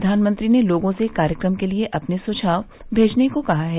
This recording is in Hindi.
प्रधानमंत्री ने लोगों से कार्यक्रम के लिए अपने सुझाव भेजने को कहा है